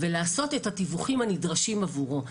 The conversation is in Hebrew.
ולעשות את התיווכים הנדרשים עבורו.